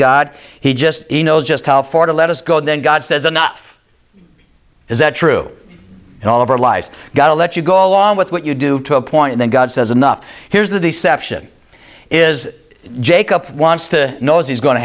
god he just he knows just how far to let us go and then god says enough is that true in all of our lives got to let you go along with what you do to a point and then god says enough here's the deception is jake up wants to know is he's go